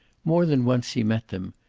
more than once he met them,